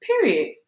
Period